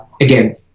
again